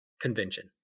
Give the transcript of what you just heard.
convention